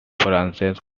frances